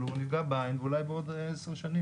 אבל הוא נפגע בעין ואולי בעוד עשר שנים